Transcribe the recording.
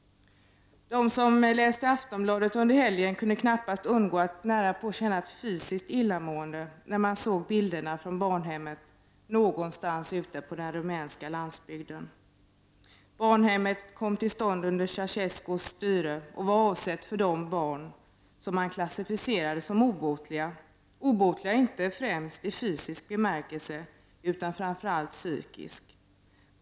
De som läste Aftonbladet under helgen kunde knappast undgå att känna ett nära på fysiskt illamående när de såg bilderna från barnhemmet någonstans ute på den rumänska landsbygden. Barnhemmet kom till under Ceauscescus styre och var avsett för de barn som man klassificerade som obotliga, obotliga inte främst i fysisk bemärkelse utan framför allt i psykisk.